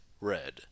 Red